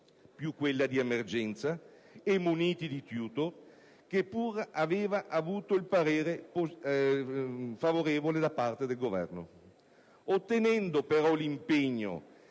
più quella di emergenza, e muniti di *tutor*, che pur aveva avuto il parere favorevole da parte del Governo,